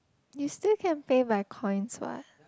you still can pay by coins what